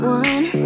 one